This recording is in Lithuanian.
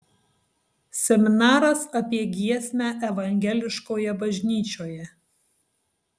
seminaras apie giesmę evangeliškoje bažnyčioje